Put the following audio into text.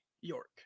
York